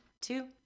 two